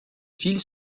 fils